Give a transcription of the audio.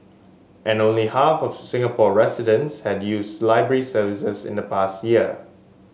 and only half of Singapore residents had used library services in the past year